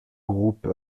groupe